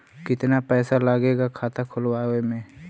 कितना पैसा लागेला खाता खोलवावे में?